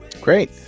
Great